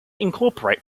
incorporate